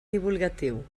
divulgatiu